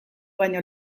baino